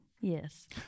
Yes